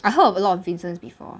I heard of a lot of vincent before